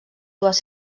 dues